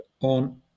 on